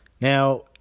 Now